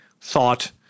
thought